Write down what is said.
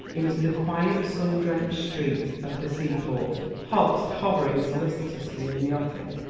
into the quiet, sun-drenched streets of the seaport hobbs hovering solicitously in the offing.